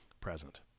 present